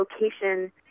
location